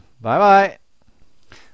Bye-bye